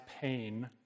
pain